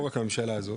לא רק הממשלה הזאת,